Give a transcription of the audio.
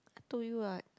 told you what